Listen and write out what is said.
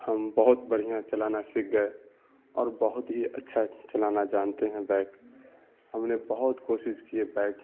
ہم بہت بڑھیاں چلانا سیکھ گئے اور بہت ہی اچھا چلانا جانتے ہیں بائک ہم نے بہت کوشش کی ہے بائک